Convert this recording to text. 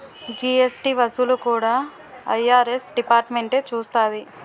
GST వసూళ్లు కూడా IRS డిపార్ట్మెంటే చూస్తాది